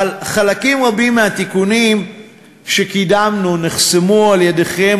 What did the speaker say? אבל חלקים רבים מהתיקונים שקידמנו נחסמו על-ידיכם